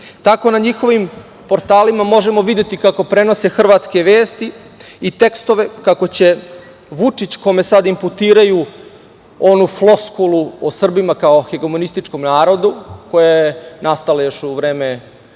na njihovim portalima možemo videti kako prenose hrvatske vesti i tekstove, kako će Vučić, kome sada inputiraju onu floskulu o Srbima kao hegemonističkom narodu, koja je nastala još u vreme